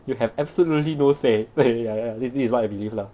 you have absolutely no say ya ya this is what I believe lah